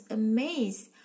amazed